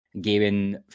gaming